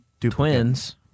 twins